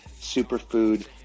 superfood